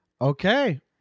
Okay